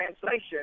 translation